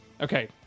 okay